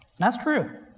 and that's true,